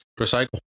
Recycle